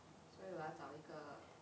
所以我要找一个 wo yao zhao yi ge